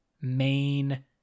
main